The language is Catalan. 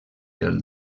del